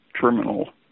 terminal